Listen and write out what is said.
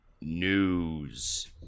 News